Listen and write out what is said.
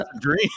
dream